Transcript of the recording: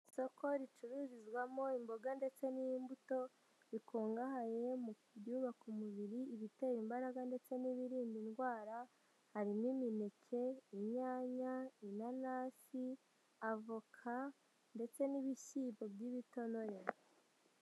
Isoko ricururizwamo imboga ndetse n'imbuto, bikungahaye mu byubaka umubiri, ibitera imbaraga ndetse n'ibirinda indwara, harimo imineke, inyanya, inanasi, avoka ndetse n'ibishyimbo by'ibitonore.